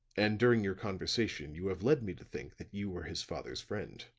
and during your conversation you have led me to think that you were his father's friend.